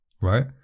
right